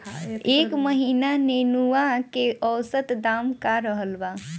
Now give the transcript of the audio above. एह महीना नेनुआ के औसत दाम का रहल बा?